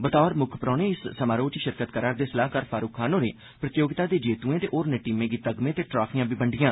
बतौर मुक्ख परौह्ने इस समारोह च शिरकत करा'रदे सलाहकार फारूक खान होरें प्रतियोगिता दे जेतूएं ते होरने टीमें गी तगमे ते ट्राफियां बी बंड्डियां